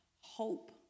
hope